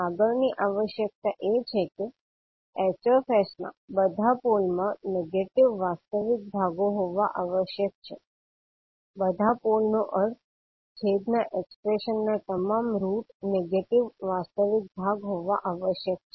આગળની આવશ્યકતા એ છે કે 𝐻𝑠 ના બધા પોલમાં નેગેટિવ વાસ્તવિક ભાગો હોવા આવશ્યક છે બધા પોલ નો અર્થ છેદના એક્સપ્રેશન ના તમામ રૂટ નેગેટિવ વાસ્તવિક ભાગ હોવા આવશ્યક છે